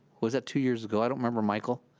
was that two years ago, i don't remember michael.